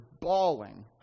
bawling